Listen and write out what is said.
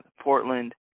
Portland